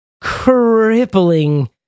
crippling